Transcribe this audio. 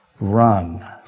Run